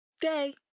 day